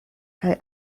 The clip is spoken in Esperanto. kaj